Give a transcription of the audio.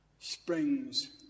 Springs